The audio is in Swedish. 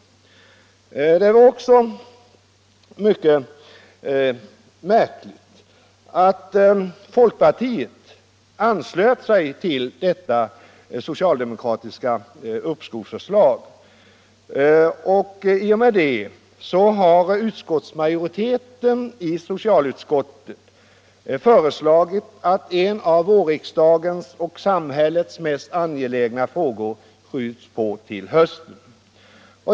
Eftersom folkpartiet mycket märkligt anslöt sig till det socialdemokratiska uppskovsförslaget, har således socialutskottets majoritet föreslagit att en av vårriksdagens och samhällets mest angelägna frågor uppskjuts till hösten.